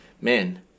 man